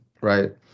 right